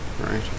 right